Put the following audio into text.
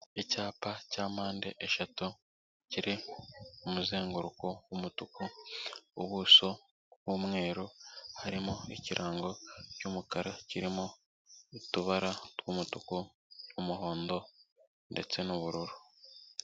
Icyapa cya mpande eshatu kiri mu muzenguruko w'umutuku, ubuso bw'umweru, harimo ikirango cy'umukara kirimo utubara tw'umutuku, umuhondo ndetse n'ubururu.